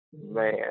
Man